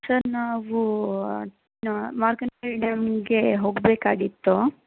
sir ನಾವು ಮಾರ್ಕೋನಹಳ್ಳಿ ಡ್ಯಾಮ್ಗೆ ಹೋಗಬೇಕಾಗಿತ್ತು